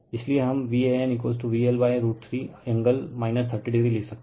इसलिए हम VanVL√3 angle 30o लिख सकते हैं